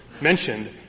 mentioned